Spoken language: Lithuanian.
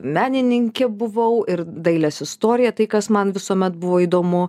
menininkė buvau ir dailės istorija tai kas man visuomet buvo įdomu